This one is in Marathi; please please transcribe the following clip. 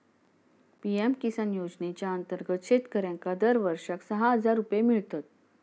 पी.एम किसान योजनेच्या अंतर्गत शेतकऱ्यांका दरवर्षाक सहा हजार रुपये मिळतत